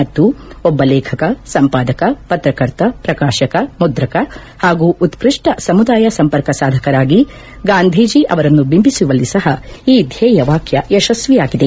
ಮತ್ತು ಒಬ್ಬ ಲೇಖಕ ಸಂಪಾದಕ ಪತ್ರಕರ್ತ ಪ್ರಕಾಶಕ ಮುದ್ರಕ ಹಾಗೂ ಉತ್ತಷ್ಟ ಸಮುದಾಯ ಸಂಪರ್ಕ ಸಾಧಕರಾಗಿ ಗಾಂಧೀಜಿ ಅವರನ್ನು ಬಿಂಬಿಸುವಲ್ಲಿ ಸಹ ಈ ದ್ವೇಯವಾಕ್ನ ಯಶಸ್ವಿಯಾಗಿದೆ